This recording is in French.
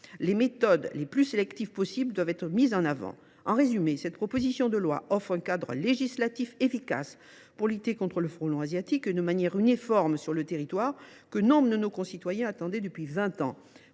Les méthodes les plus sélectives possible doivent être mises en avant. En résumé, cette proposition de loi offre un cadre législatif efficace pour lutter contre le frelon asiatique de manière uniforme sur le territoire. Nombre de nos concitoyens attendaient un